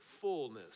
fullness